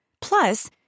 Plus